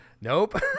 Nope